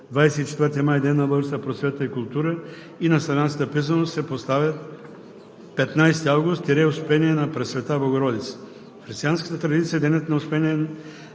„24 май – Ден на българската просвета и култура и на славянската писменост“, се поставят: „15 август – Успение на Пресвета Богородица“. В християнската традиция Денят на Успение